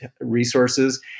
resources